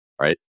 Right